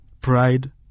pride